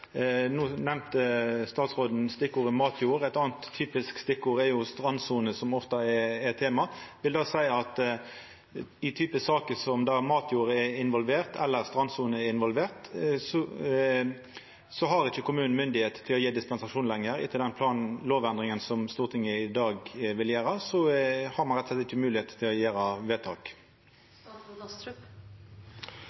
nemnde stikkordet «matjord». Eit anna typisk stikkord er «strandsone», som ofte er eit tema. Vil det seia at i saker der matjord er involvert, eller strandsone er involvert, har ikkje kommunen lenger myndigheit til å gje dispensasjon, dvs. at etter den lovendringa som Stortinget i dag vil gjera, har ein rett og slett ikkje moglegheit til å gjera vedtak?